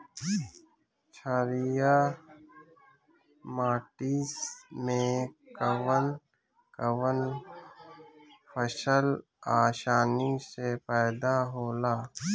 छारिया माटी मे कवन कवन फसल आसानी से पैदा होला?